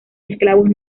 esclavos